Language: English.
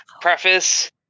preface